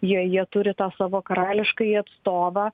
jei jie turi tą savo karališkąjį atstovą